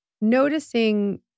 Noticing